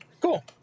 Cool